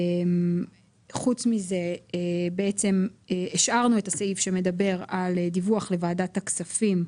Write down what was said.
השארנו את הסעיף שמדבר על דיווח לוועדת הכספים,